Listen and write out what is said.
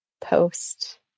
post-